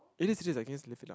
is it just the case lift it up